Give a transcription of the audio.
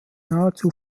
nahezu